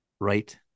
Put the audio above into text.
right